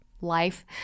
life